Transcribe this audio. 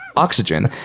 Oxygen